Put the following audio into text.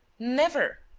never!